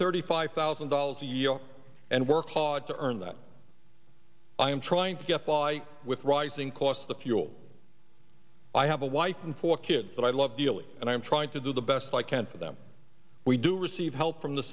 thirty five thousand dollars a year and work hard to earn that i am trying to get by with rising cost of fuel i have a wife and four kids that i love dealing and i am trying to do the best i can for them we do receive help from the